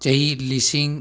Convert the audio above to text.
ꯆꯍꯤ ꯂꯤꯁꯤꯡ